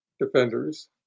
defenders